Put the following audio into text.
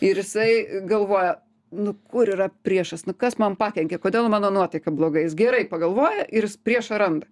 ir jisai galvoja nu kur yra priešas nu kas man pakenkė kodėl mano nuotaika bloga jis gerai pagalvoja ir jis priešą randa